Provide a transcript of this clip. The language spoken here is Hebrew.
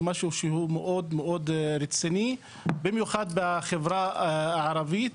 במשהו שהוא מאוד רציני במיוחד בחברה הערבית,